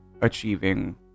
achieving